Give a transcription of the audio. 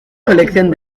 colección